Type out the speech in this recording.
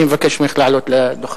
אני מבקש ממך לעלות לדוכן.